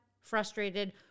frustrated